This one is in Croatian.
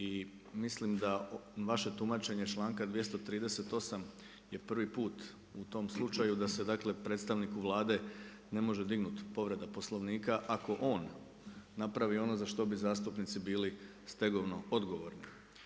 I mislim da vaše tumačenje čl.238. je prvi put u tom slučaju da se predstavniku Vlade ne može dignuti povreda poslovnika ako on napravi ono za što bi zastupnici bili stegovno odgovorni.